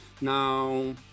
now